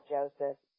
Joseph